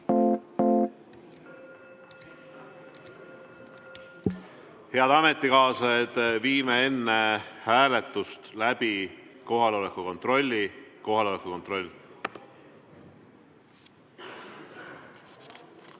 Head ametikaaslased, viime enne hääletust läbi kohaloleku kontrolli. Kohaloleku kontroll.